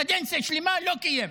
קדנציה שלמה לא קיים.